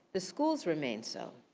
the schools remain so.